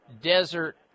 Desert